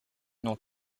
noms